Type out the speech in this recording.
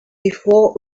before